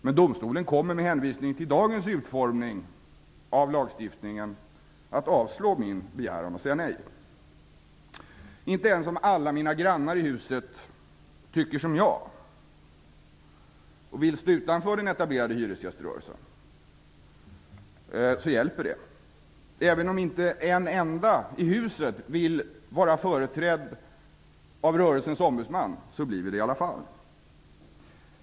Men domstolen kommer med hänvisning till dagens utformning av lagstiftningen att avslå min begäran och säga nej. Det hjälper inte ens om alla mina grannar i huset tycker som jag och vill stå utanför den etablerade hyresgäströrelsen. Även om inte en enda hyresgäst i huset vill vara företrädd av rörelsens ombudsman kommer vi i alla fall att bli det.